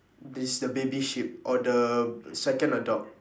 this the baby sheep or the second adult